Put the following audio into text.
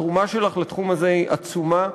התרומה שלך לתחום הזה היא עצומה,